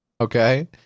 Okay